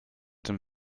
dem